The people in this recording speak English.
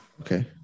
Okay